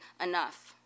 enough